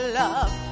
love